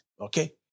Okay